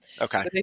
Okay